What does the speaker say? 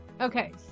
Okay